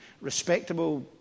respectable